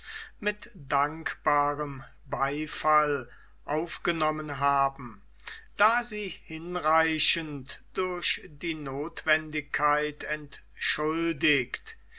mit dankbarem beifall ausgenommen haben da sie hinreichend durch die notwendigkeit entschuldigt